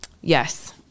yes